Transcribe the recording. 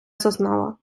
зазнала